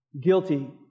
guilty